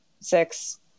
six